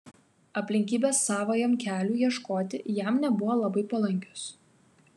aplinkybės savajam keliui ieškoti jam nebuvo labai palankios